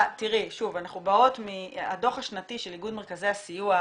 הדו"ח השנתי של איגוד מרכזי הסיוע,